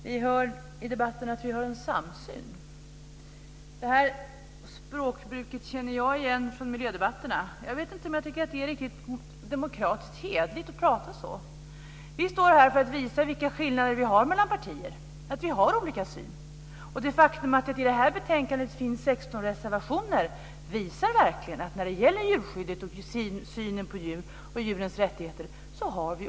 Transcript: Fru talman! Vi hör i debatten att vi har en samsyn. Det språkbruket känner jag igen från miljödebatterna. Jag vet inte om jag tycker att det är riktigt demokratiskt hederligt att säga så. Vi står här för att visa vilka skillnader vi har mellan partier och att vi har olika syn. Det faktum att det i betänkandet finns 16 reservationer visar verkligen att vi har olika uppfattning i synen på djur och djurens rättigheter.